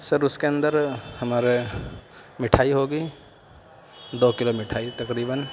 سر اس کے اندر ہمارے مٹھائی ہو گی دو کلو مٹھائی تقریباً